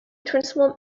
transform